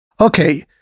Okay